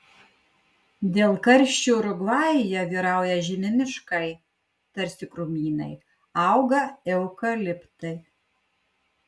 dėl karščių urugvajuje vyrauja žemi miškai tarsi krūmynai auga eukaliptai